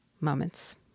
moments